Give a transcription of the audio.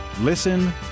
Listen